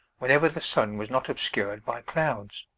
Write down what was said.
whenever the sun was not obscured by clouds.